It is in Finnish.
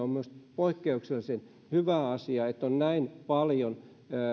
on minusta poikkeuksellisen hyvä asia se että näin paljon